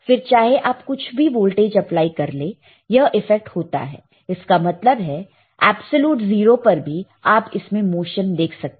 फिर चाहे आप कुछ भी वोल्टेज अप्लाई कर ले यह इफेक्ट होता है इसका मतलब है एप्सलूट जीरो पर भी आप इसमें मोशन देख सकते हैं